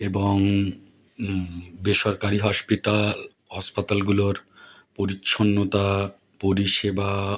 এবং বেসরকারি হসপিটাল হসপাতালগুলোর পরিচ্ছন্নতা পরিষেবা